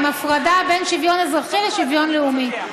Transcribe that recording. עם הפרדה בין שוויון אזרחי לשוויון לאומי.